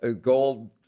gold